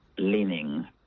leaning